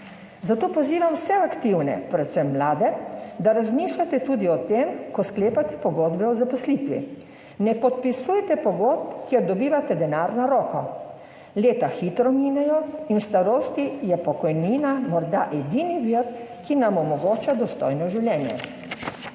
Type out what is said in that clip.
Zato pozivam vse aktivne, predvsem mlade, da razmišljate tudi o tem, ko sklepate pogodbe o zaposlitvi. Ne podpisujte pogodb, kjer dobivate denar na roko. Leta hitro minejo in v starosti je pokojnina morda edini vir, ki nam omogoča dostojno življenje.